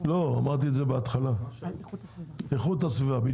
איכות הסביבה.